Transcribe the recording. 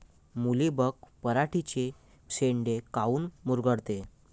Mealybug पराटीचे चे शेंडे काऊन मुरगळते?